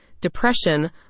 depression